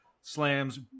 slams